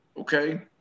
Okay